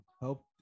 help